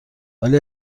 ولی